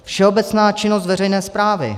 Všeobecná činnost veřejné správy.